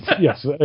Yes